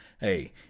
hey